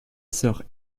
sœur